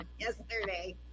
Yesterday